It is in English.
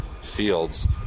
fields